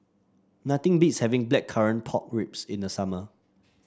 nothing beats having Blackcurrant Pork Ribs in the summer